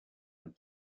and